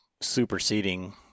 superseding